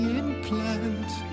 implant